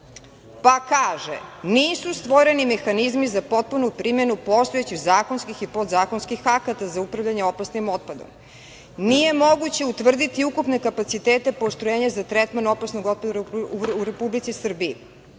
Pa kaže: „Nisu stvoreni mehanizmi za potpunu primenu postojećih zakonskih i podzakonskih akata za upravljanje opasnim otpadom, nije moguće utvrditi ukupne kapacitete postrojenja za tretman opasnog otpada u Republici Srbiji,